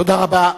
תודה רבה.